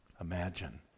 Imagine